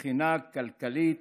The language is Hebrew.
מבחינה כלכלית,